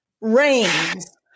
rains